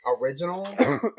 original